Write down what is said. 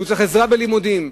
עזרה בלימודים?